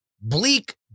bleak